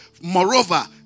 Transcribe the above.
Moreover